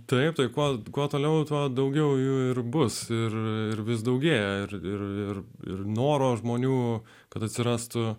duetui kol kuo toliau tuo daugiau jų ir bus ir vis daugėja ir ir noro žmonių kad atsirastų